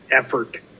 effort